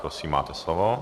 Prosím, máte slovo.